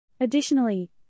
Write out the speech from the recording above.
Additionally